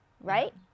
right